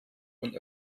und